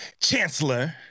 chancellor